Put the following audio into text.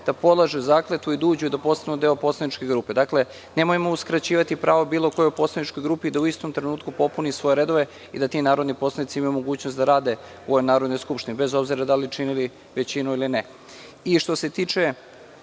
da polažu zakletvu i da uđu i postanu deo poslaničke grupe. Dakle, nemojmo uskraćivati pravo bilo kojoj poslaničkoj grupi da u istom trenutku popuni svoje redove i da ti narodni poslanici imaju mogućnost da rade u ovoj Narodnoj skupštini, bez obzira da li činili većinu ili ne. Što se tiče